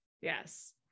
Yes